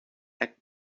act